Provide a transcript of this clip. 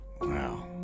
Wow